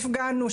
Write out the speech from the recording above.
הפגנו,